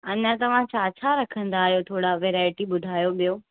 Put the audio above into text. अञा तव्हां छा छा रखंदा आहियो थोरा वेराएटी ॿुधायो ॿियो